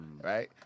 Right